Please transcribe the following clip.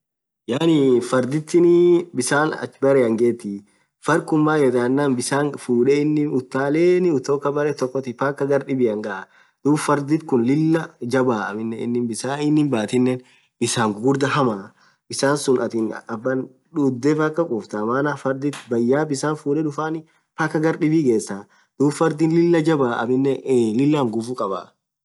Yaani fardhithin bisan ach bereen ghethii fardh khun maithan yenen bisan fudhee inin utaleni khutoka berre tokkit mpaka garr dhibian ghaa dhub fardhikhun Lilah jabba aminen inin biasn inn bathinen bisan ghughurdha hamaa bisan sunn athin aban dhudhe mpaka kufthaa maana fardhin bayaa bisan fudhee dhufani mpaka garr dhib ghesaa dhub fardhiii Lilah jabba aminen Lilah nguvuu khabaaa